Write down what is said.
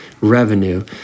revenue